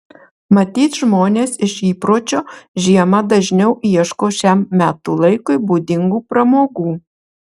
matyt žmonės iš įpročio žiemą dažniau ieško šiam metų laikui būdingų pramogų